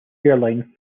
airline